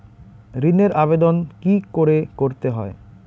ঋণের আবেদন কি করে করতে হয়?